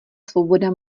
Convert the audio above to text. svoboda